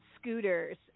scooters